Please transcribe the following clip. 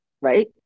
right